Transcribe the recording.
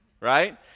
right